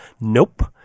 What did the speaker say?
nope